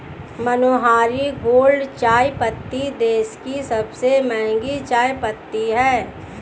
मनोहारी gold चायपत्ती देश की सबसे महंगी चायपत्ती है